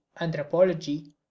anthropology